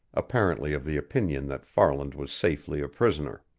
apparently of the opinion that farland was safely a prisoner.